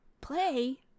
play